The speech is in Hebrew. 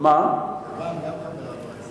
גם יוון חברה ב-OECD.